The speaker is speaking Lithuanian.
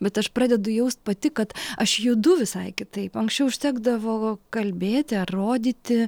bet aš pradedu jaust pati kad aš judu visai kitaip anksčiau užtekdavo kalbėti ar rodyti